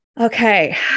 Okay